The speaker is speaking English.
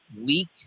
weak